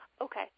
Okay